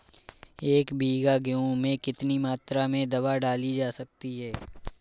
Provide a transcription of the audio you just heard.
एक बीघा गेहूँ में कितनी मात्रा में दवा डाली जा सकती है?